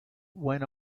went